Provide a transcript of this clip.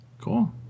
cool